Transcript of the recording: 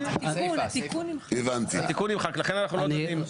התיקון נמחק לכן אנחנו לא מקריאים.